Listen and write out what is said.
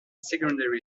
secondary